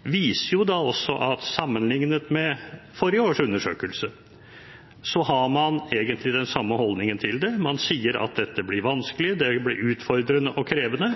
viser da også at sammenlignet med forrige års undersøkelse, har man den samme holdningen til det: Man sier at dette blir vanskelig, det vil bli utfordrende og krevende.